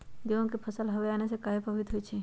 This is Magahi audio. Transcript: गेंहू के फसल हव आने से काहे पभवित होई छई?